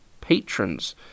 patrons